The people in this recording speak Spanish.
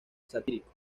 satírico